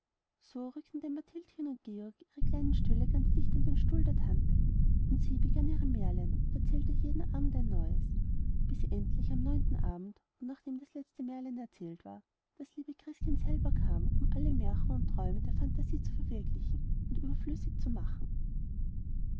so rückten denn mathildchen und georg ihre kleinen stühle ganz dicht an den stuhl der tante und sie begann ihre märlein und erzählte jeden abend ein neues bis endlich am neunten abend und nachdem das letzte märlein erzählt war das liebe christkind selber kam um alle märchen und träume der phantasie zu verwirklichen und überflüssig zu machen